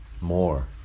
more